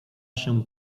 się